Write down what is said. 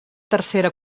tercera